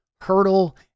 hurdle